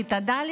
כיתה ד',